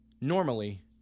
normally